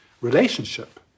relationship